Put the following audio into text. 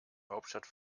hauptstadt